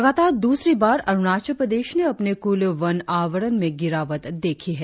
लगातार दूसरी बार अरुणाचल प्रदेश ने अपने कुल वन आवरण में गिरावट देखी है